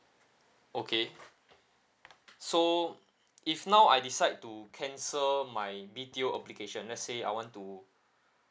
okay so if now I decide to cancel my B_T_O application let's say I want to